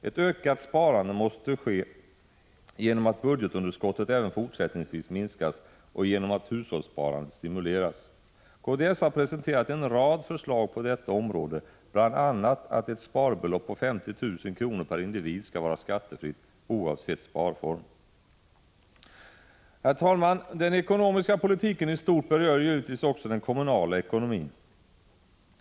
Ett ökat sparande måste ske genom att budgetunderskottet även fortsättningsvis minskas och genom att hushållssparandet stimuleras. Kds har presenterat en rad förslag på detta område, bl.a. att ett sparbelopp på 50 000 kr. per individ skall vara skattefritt, oavsett sparform. Herr talman! Den ekonomiska politiken i stort berör givetvis också den kommunala ekonomin.